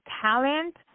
talent